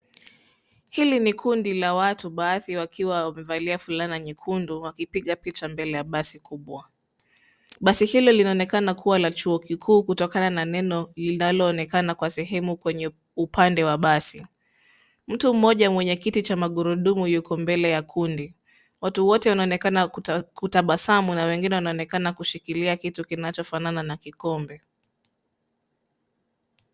Hili ni kundi la watu baadhi wakiwa wamevalia fulana nyekundu wakipiga picha mbele ya basi kubwa. Basi hilo linaonekana kuwa la chuo kikuu kutokana na neno linaloonekana kwa sehemu kwenye upande wa basi. Mtu mmoja mwenye kiti cha magurudumu yuko mbele ya kundi. Watu wote wanaonekana kutabasamu na wengine wanaonekana kushikilia kitu kinachofanana na kikombe.